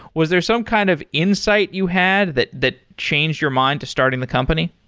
was there some kind of insight you had that that changed your mind to starting the company?